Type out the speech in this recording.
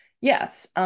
yes